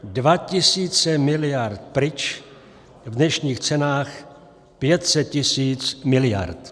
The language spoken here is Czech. Dva tisíce miliard pryč, v dnešních cenách 5 tisíc miliard.